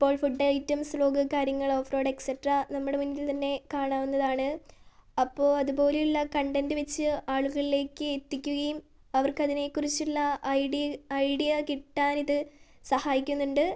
ഇപ്പോൾ food items vlog കാര്യങ്ങൾ off road extra നമ്മടെ മുൻപിൽ തന്നെ കാണാവുന്നതാണ് അപ്പോൾ അതുപോലെ ഉള്ള കണ്ടൻറ് വച്ച് ആളുകളിലേക്ക് എത്തിക്കുകയും അവർക്ക് അതിനെ കുറിച്ചുള്ള ഐഡിയ ഐഡിയ കിട്ടാനിത് സഹായിക്കുന്നുണ്ട്